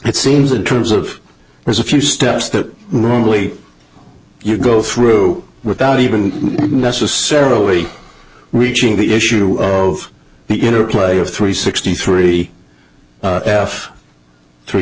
it seems in terms of there's a few steps that normally you go through without even necessarily reaching the issue of beginner player three sixty three f three